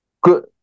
good